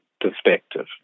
perspective